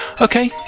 Okay